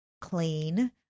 clean